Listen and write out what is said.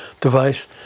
device